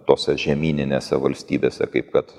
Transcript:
tose žemyninėse valstybėse kaip kad